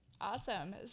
Awesome